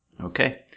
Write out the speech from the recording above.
Okay